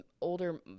older